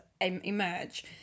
emerge